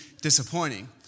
disappointing